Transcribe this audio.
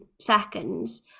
seconds